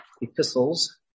epistles